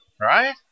Right